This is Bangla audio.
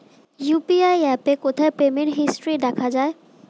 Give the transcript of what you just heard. ইউ.পি.আই অ্যাপে কোথায় পেমেন্ট হিস্টরি দেখা যায়?